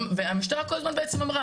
המשטרה קודם כל אמרה בעצם,